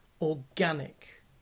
organic